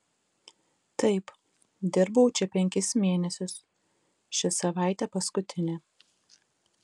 taip dirbau čia penkis mėnesius ši savaitė paskutinė